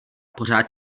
pořád